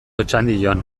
otxandion